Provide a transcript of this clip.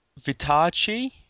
Vitachi